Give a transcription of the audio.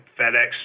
FedEx